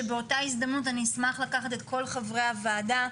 שבאותה הזדמנות אני אשמח לקחת את כל חברי הוועדה.